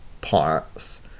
parts